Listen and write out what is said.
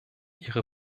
ihre